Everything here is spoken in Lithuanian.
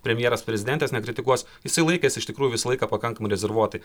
premjeras prezidentės nekritikuos jisai laikės iš tikrųjų visą laiką pakankamai rezervuotai